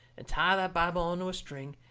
and tie the bible onto a string,